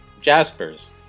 Jaspers